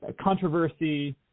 controversy